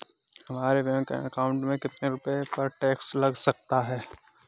हमारे bank account में कितने रुपये पर टैक्स लग सकता है?